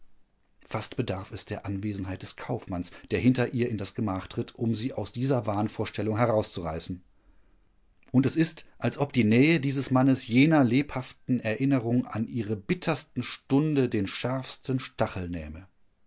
fast bedarf es der anwesenheit des kaufmanns der hinter ihr in das gemach tritt um sie aus dieser wahnvorstellung herauszureißen und es ist als ob die nähe dieses mannes jener lebhaften erinnerung an ihre bitterste stunde den schärfsten stachel nähme